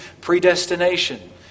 predestination